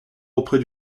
auprès